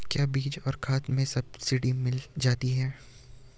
क्या बीज और खाद में सब्सिडी मिल जाती है?